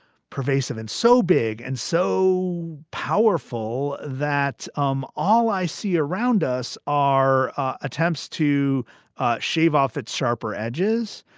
pervasive and so big and so powerful that um all i see around us are attempts to shave off its sharper edges.